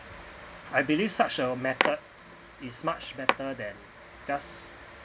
I believe such a method is much better than just